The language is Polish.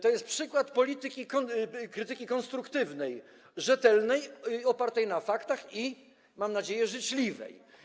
To jest przykład polityki, krytyki konstruktywnej, rzetelnej, opartej na faktach i, mam nadzieję, życzliwej.